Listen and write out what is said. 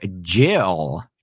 Jill